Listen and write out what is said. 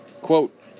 Quote